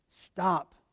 Stop